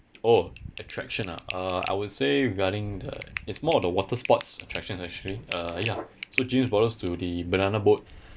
oh attraction ah uh I would say regarding the it's more of the water sports attractions actually uh ya so james brought us to the banana boat